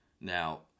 Now